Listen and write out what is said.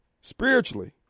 Spiritually